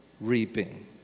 reaping